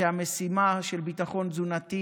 ושהמשימה של ביטחון תזונתי